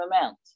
amount